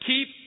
Keep